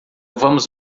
vamos